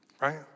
right